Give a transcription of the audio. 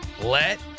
let